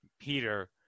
Peter